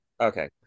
Okay